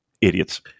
Idiots